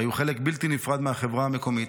שהיו חלק בלתי נפרד מהחברה המקומית,